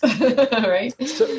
right